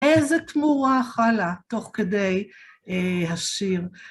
איזה תמורה חלה תוך כדי השיר.